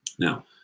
Now